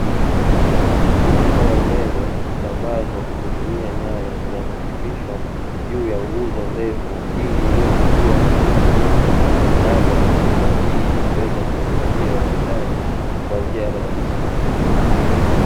Huduma ya umeme, husambazwa kwa kutumia nyaya zinazopitishwa juu ya nguzo ndefu, ili iweze kuwa rahisi na salama kwa huduma hii kuweza kuwafikia wahitaji kwa njia rahisi.